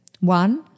One